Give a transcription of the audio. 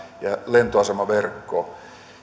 lentoasemaverkkoamme